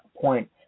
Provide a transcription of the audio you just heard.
point